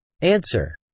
Answer